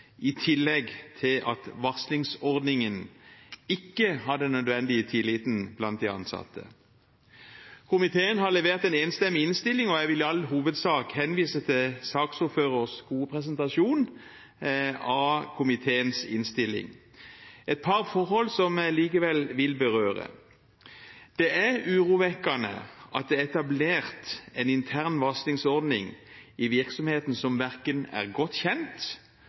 i tillegg til at varslingsordningen ikke har den nødvendige tilliten blant de ansatte. Komiteen har levert en enstemmig innstilling, og jeg vil i all hovedsak henvise til saksordførerens gode presentasjon av komiteens innstilling. Det er et par forhold som jeg likevel vil berøre. Det er urovekkende at det er etablert en intern varslingsordning i virksomheten som ikke er godt kjent,